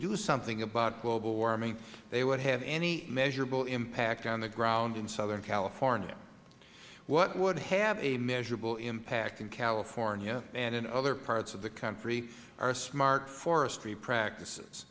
warming they would have any measurable impact on the ground in southern california what would have a measurable impact in california and in other parts of the country are smart forestry practices